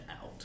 out